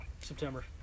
September